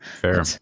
Fair